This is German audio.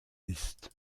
ist